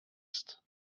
ist